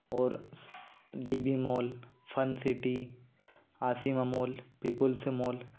और D B mall fun city Ashima mall people's मोल